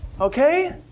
okay